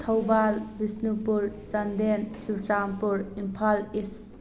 Thoubal Bishnupur Chandel Churachandpur Imphal ꯏꯁ